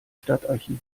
stadtarchiv